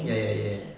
ya ya ya ya ya